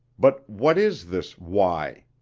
but what is this why?